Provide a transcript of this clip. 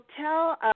tell